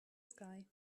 sky